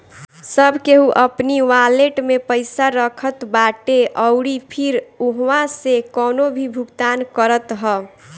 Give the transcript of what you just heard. सब केहू अपनी वालेट में पईसा रखत बाटे अउरी फिर उहवा से कवनो भी भुगतान करत हअ